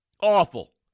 awful